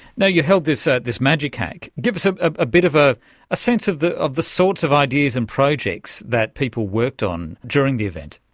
you held this ah this magic hack. give us a ah bit of ah a sense of the of the sorts of ideas and projects that people worked on during the event.